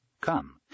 Come